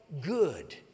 good